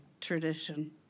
tradition